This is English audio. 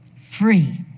Free